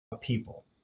people